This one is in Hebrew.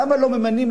למה לא ממנים,